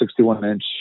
61-inch